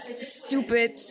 stupid